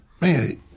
Man